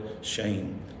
shame